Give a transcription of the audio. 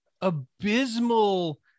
abysmal